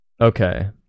Okay